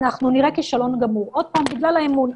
אנחנו נראה כישלון גמור, עוד פעם, בגלל האמון.